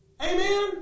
Amen